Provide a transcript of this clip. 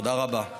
תודה רבה.